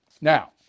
now